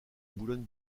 boulogne